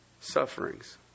sufferings